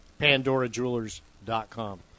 pandorajewelers.com